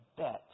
Bet